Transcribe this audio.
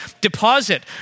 deposit